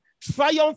triumph